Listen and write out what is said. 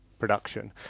production